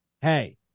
hey